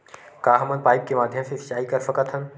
का हमन पाइप के माध्यम से सिंचाई कर सकथन?